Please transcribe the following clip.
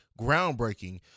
groundbreaking